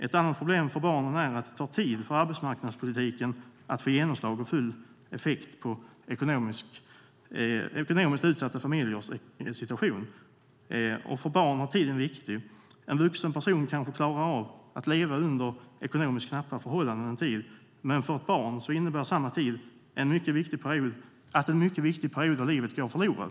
Ett annat problem för barnen är att det tar tid för arbetsmarknadspolitiken att få genomslag och full effekt på ekonomiskt utsatta familjers ekonomiska situation. Och för barn är tiden viktig. En vuxen person klarar kanske av att leva under ekonomiskt knappa förhållanden en tid, men för ett barn innebär samma tid att en viktig period av livet går förlorad."